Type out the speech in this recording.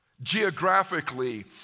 geographically